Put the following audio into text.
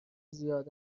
زیاد